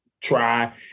try